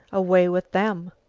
away with them.